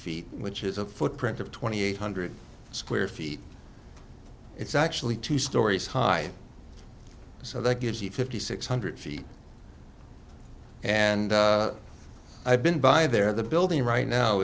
feet which is a footprint of twenty eight hundred square feet it's actually two stories high so that gives you fifty six hundred feet and i've been by there the building right now